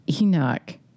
Enoch